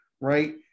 right